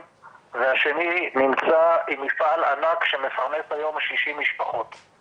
והשני נמצא עם מפעל ענק שמפרנס היום 60 משפחות.